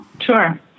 Sure